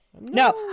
No